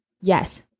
Yes